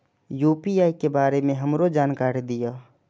UPI के बारे में हमरो जानकारी दीय?